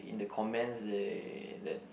in the comments they that